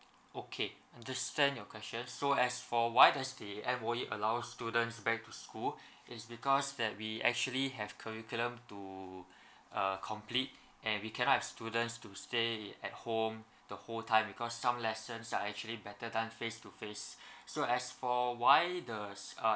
okay understand your question so as for why does the M_O_E allow students back to school it's because that we actually have curriculum to uh complete and we cannot have students to stay at home the whole time because some lessons are actually better done face to face so as for why this uh